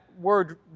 word